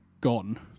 gone